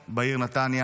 בית ספר תיכון בעיר נתניה,